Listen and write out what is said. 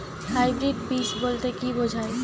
Hybrid বীজ বলতে কী বোঝায়?